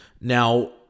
Now